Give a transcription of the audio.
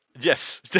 Yes